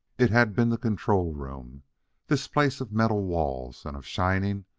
it had been the control-room, this place of metal walls and of shining,